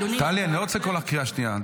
טלי, אני לא רוצה לקרוא אותך בקריאה שנייה.